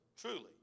truly